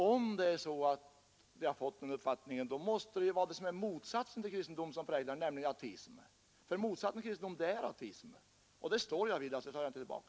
Om de fått en sådan uppfattning, är det motsatsen till kristendomen som präglar undervisningen, nämligen ateism, Kristendomens motsats är ateismen. Jag står för detta och tar ingenting tillbaka.